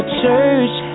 church